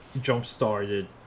jump-started